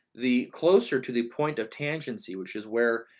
the closer to the point of tangency, which is where,